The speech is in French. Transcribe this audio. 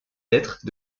lettres